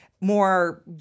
more